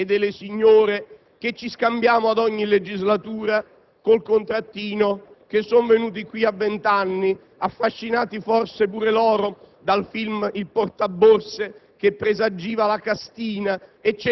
o no dei signori e delle signore che ci scambiamo ad ogni legislatura con il contrattino, che sono venuti qui a vent'anni, affascinati forse anche loro dal film «Il portaborse»